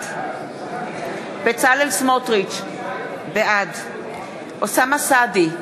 בעד בצלאל סמוטריץ, בעד אוסאמה סעדי,